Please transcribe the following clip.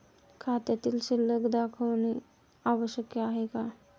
खात्यातील शिल्लक दाखवणे आवश्यक आहे का?